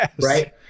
right